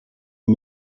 aux